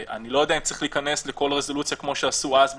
אני לא יודע אם צריך להיכנס לרזולוציה כמו שעשו אז ב-2007,